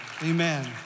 Amen